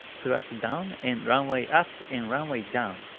thrust down, and runway up, and runway down.